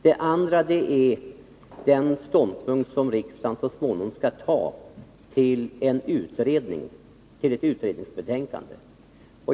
Den andra är den ståndpunkt som riksdagen så småningom skall ta till ett utredningsbetänkande.